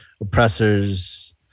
oppressors